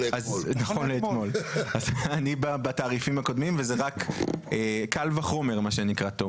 אז קל וחומר.